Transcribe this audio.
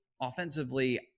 offensively